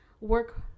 work